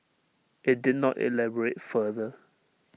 IT did not elaborate further